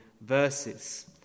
verses